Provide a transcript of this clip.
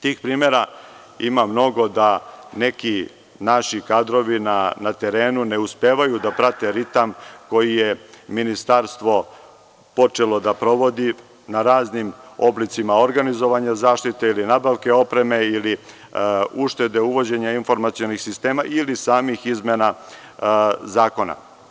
Tih primera ima mnogo, da neki naši kadrovi na terenu ne uspevaju da prate ritam koji je ministarstvo počelo da provodi na raznim oblicima organizovanja zaštite ili nabavke opreme ili uštede, uvođenja informacionih sistema ili samih izmena zakona.